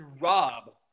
rob